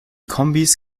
kombis